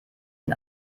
ihn